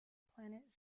planet